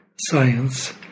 science